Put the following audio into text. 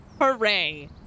Hooray